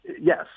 Yes